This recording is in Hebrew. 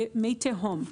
במי תהום.